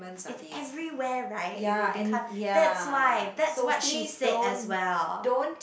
it's everywhere right it will become that's why that's what she said as well